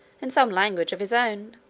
in some language of his own.